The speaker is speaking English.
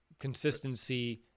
consistency